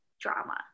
drama